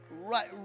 Right